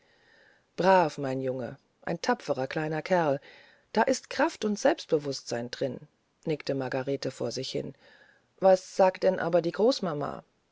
brav mein junge ein tapferer kleiner kerl da ist kraft und selbstbewußtsein drin nickte margarete vor sich hin was sagt denn aber die großmama